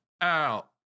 out